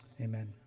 amen